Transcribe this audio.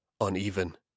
Uneven